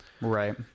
right